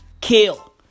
kill